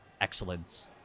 excellence